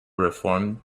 reform